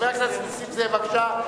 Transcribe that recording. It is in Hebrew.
חבר הכנסת נסים זאב, בבקשה.